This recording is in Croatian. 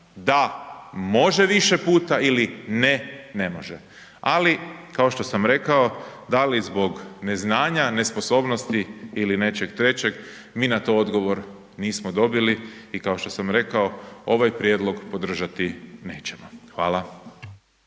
da može više puta ili ne može. Ali kao što sam rekao da li zbog neznanja, nesposobnosti ili nečeg trećeg mi na to odgovor nismo dobili. I kao što sam rekao ovaj prijedlog podržati nećemo. Hvala.